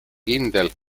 kindel